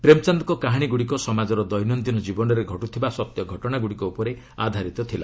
ପ୍ରେମ୍ଚାନ୍ଦଙ୍କ କାହାଣୀଗୁଡ଼ିକ ସମାଜର ଦୈନନ୍ଦିନ ଜୀବନରେ ଘଟ୍ରଥିବା ସତ୍ୟଘଟଣାଗୁଡ଼ିକ ଉପରେ ଆଧାରିତ ଥିଲା